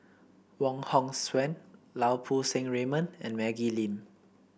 Wong Hong Suen Lau Poo Seng Raymond and Maggie Lim